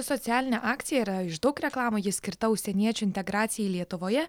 socialinė akcija yra iš daug reklamų ji skirta užsieniečių integracijai lietuvoje